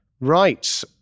Right